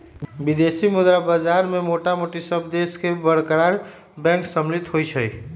विदेशी मुद्रा बाजार में मोटामोटी सभ देश के बरका बैंक सम्मिल होइ छइ